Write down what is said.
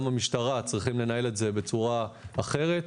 המשטרה צריכים לנהל את זה בצורה אחרת.